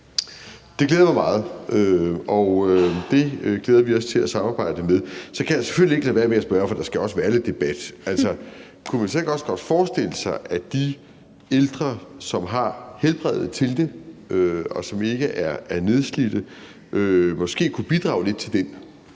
Det glæder mig meget, og det glæder vi os til at samarbejde om. Så kan jeg selvfølgelig ikke lade være med at spørge, for der skal også være lidt debat, om man så ikke også godt kunne forestille sig, at de ældre, som har helbredet til det, og som ikke er nedslidte, måske kunne bidrage lidt til den